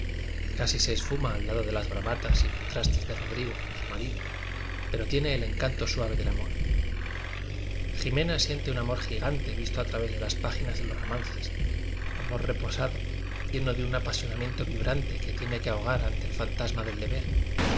casi se esfuma al lado de las bravatas y contrastes de rodrigo su mari do pero tiene el encanto suave del amor jimena siente un amor gigante visto a través de las páginas de los romances amor reposado lleno de un apasionamien to vibrante que tiene que ahogar ante el fantasma del deber